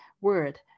word